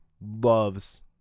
loves